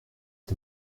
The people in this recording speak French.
est